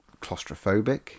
claustrophobic